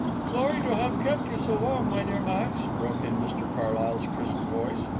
sorry to have kept you so long, my dear max, broke in mr carlyle's crisp voice.